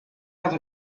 have